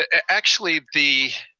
ah actually the